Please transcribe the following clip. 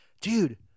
dude